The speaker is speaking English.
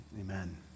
amen